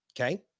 okay